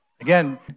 Again